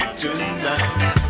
tonight